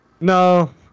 No